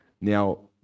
Now